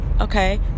Okay